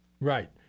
Right